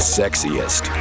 sexiest